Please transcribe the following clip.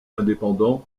indépendant